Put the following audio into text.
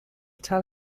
tell